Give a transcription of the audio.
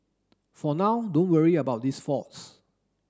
for now don't worry about these faults